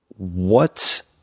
what